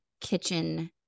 kitchen